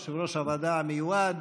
יושב-ראש הוועדה המיועד,